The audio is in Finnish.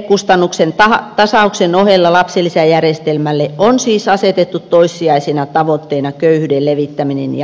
perhekustannusten tasauksen ohella lapsilisäjärjestelmälle on siis asetettu toissijaisiksi tavoitteiksi köyhyyden lievittäminen